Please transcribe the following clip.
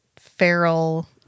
feral